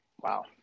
Wow